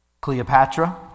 Cleopatra